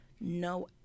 no